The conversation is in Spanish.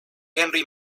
henri